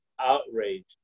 outraged